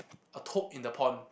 a toad in the pond